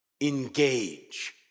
Engage